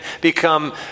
become